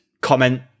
comment